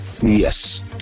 Yes